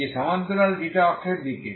যে সমান্তরাল ξ অক্ষের দিকে